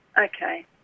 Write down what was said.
Okay